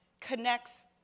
connects